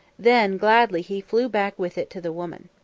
then gladly he flew back with it to the woman.